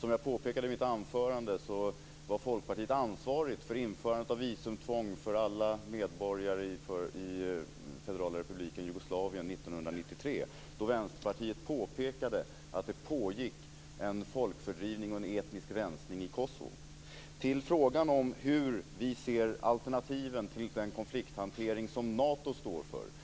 Som jag påpekade i mitt anförande var Folkpartiet ansvarigt för införandet av visumtvång för alla medborgare i den federala republiken Jugoslavien 1993. Då påpekade Vänsterpartiet att det pågick en folkfördrivning och en etnisk rensning i Kosovo. Karl-Göran Biörsmark frågade vilka alternativ vi ser till den konflikthantering som Nato står för.